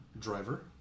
driver